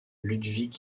ludwig